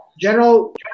General